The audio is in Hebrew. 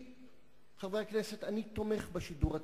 חברי הכנסת, אני תומך בשידור הציבורי.